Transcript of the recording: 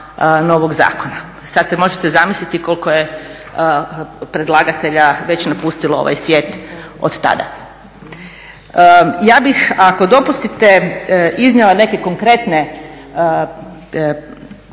novog zakona. Sada se možete zamisliti koliko je predlagatelja već napustilo ovaj svijet od tada. Ja bih ako dopustite iznijela neke konkretne